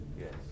Yes